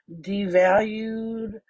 devalued